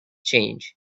change